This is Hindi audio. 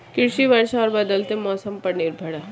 कृषि वर्षा और बदलते मौसम पर निर्भर है